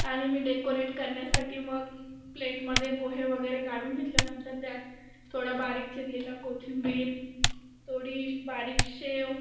आणि मी डेकोरेट करण्यासाठी मग प्लेटमध्ये पोहे वगैरे काढून घेतल्यानंतर त्यात थोडा बारीक चिरलेला कोथिंबीर थोडी बारीक शेव